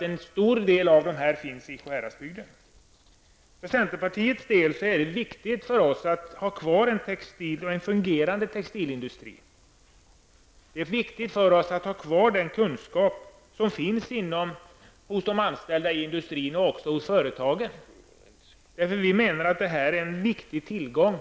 En stor del av de berörda människorna bor i För centerpartiet är det viktigt att ha kvar en fungerande textilindustri samt den kunskap som finns hos de anställda i företagen. Vi anser att de anställda utgör en stor tillgång.